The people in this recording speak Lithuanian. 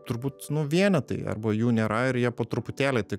turbūt nu vienetai arba jų nėra ir jie po truputėlį tik